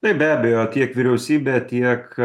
taip be abejo tiek vyriausybė tiek